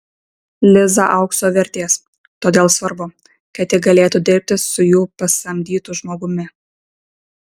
liza aukso vertės todėl svarbu kad ji galėtų dirbti su jų pasamdytu žmogumi